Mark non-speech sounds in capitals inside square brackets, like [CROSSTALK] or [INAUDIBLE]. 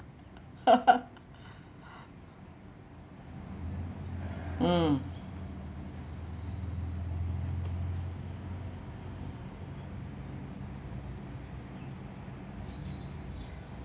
[LAUGHS] mm